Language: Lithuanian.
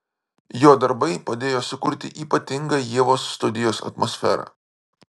jo darbai padėjo sukurti ypatingą ievos studijos atmosferą